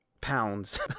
pounds